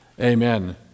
Amen